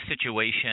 situation